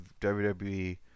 WWE